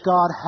God